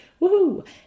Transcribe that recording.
Woohoo